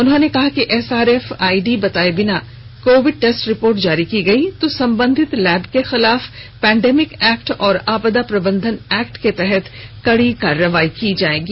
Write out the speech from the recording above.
उन्होंने कहा कि एसआरएफ आईडी बताए बिना कोविड टेस्ट रिपोर्ट जारी की गयी तो संबंधित लैब के खिलाफ पैंडेमिक एक्ट और आपदा प्रबंधन एक्ट के तहत कड़ी कार्रवाई की जाएगी